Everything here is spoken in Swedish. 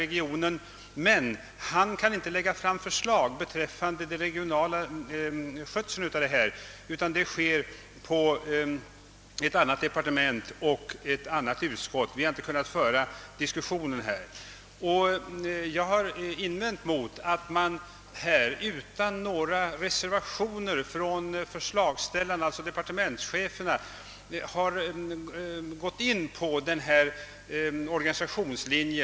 Men jordbruksministern kan inte lägga fram förslag beträffande den regionala skötseln av frågorna, utan det görs av ett annat statsråd och förslaget i denna del behandlas av ett annat utskott. Vi har sålunda inte kunnat föra diskussionen på rätt sätt, och jag har rest invändningar mot att man — utan några reservationer från förslagsställarna, d.v.s. de två statsråden — slagit in på denna organisationslinje.